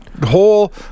whole